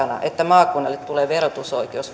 että maakunnille tulee verotusoikeus